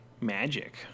magic